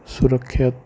ਸੁਰੱਖਿਅਤ